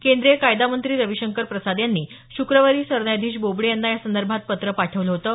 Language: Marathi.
केंद्रीय कायदा मंत्री रवि शंकर प्रसाद यांनी शुक्रवारी सरन्यायाधीश बोबडे यांना यासंदर्भात पत्र पाठवलं होतं